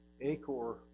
Acor